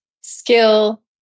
skill